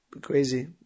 crazy